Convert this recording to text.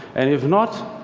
and if not,